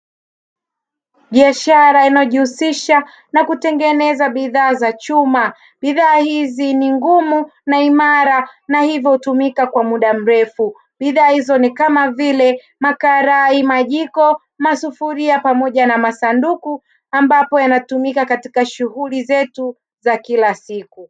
Biashara inayojihusisha na kutengeneza bidhaa za chuma, bidhaa hizi ni ngumu na imara na hivyo hutumika kwa muda mrefu. Bidhaa hizo ni kama vile: makarai, majiko, masufuria pamoja na masanduku ambapo yanatumika katika shughuli zetu za kila siku.